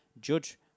Judge